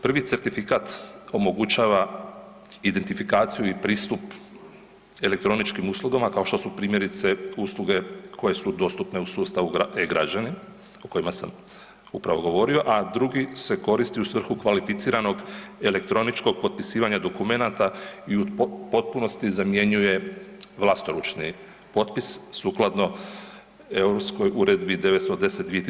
Prvi certifikat omogućava identifikaciju i pristup elektroničkim uslugama kao što su primjerice usluge koje su dostupne u sustavu e-građani o kojima sam upravo govorio a drugi se koristi u svrhu kvalificiranog elektroničkog potpisivanja dokumenata i u potpunosti zamjenjuje vlastoručni potpis sukladno Europskoj uredbi 910/